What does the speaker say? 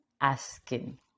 asking